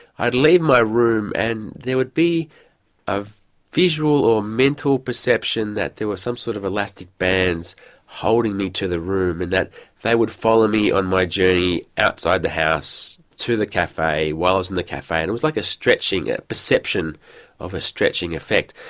i'd leave my room and there would be visual or mental perception that there were some sort of elastic bands holding me to the room and that they would follow me on my journey outside the house, to the cafe, while i was in the cafe. and it was like a stretching, a perception of a stretching effect.